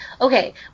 okay